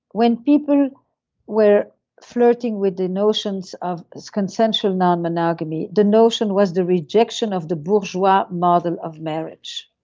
when people were flirting with the notions of consensual non-monogamy, the notion was the rejection of the bourgeois model of marriage.